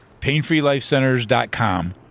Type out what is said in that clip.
Painfreelifecenters.com